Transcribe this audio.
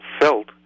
felt